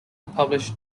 publish